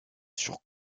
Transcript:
sur